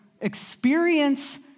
experience